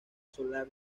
solar